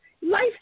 life